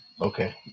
Okay